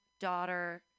daughter